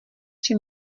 tři